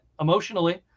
emotionally